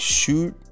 shoot